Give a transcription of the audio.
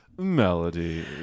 Melody